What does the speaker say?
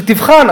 שתבחן.